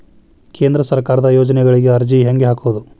ಕೇಂದ್ರ ಸರ್ಕಾರದ ಯೋಜನೆಗಳಿಗೆ ಅರ್ಜಿ ಹೆಂಗೆ ಹಾಕೋದು?